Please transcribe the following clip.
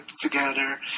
together